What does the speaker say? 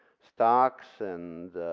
stocks and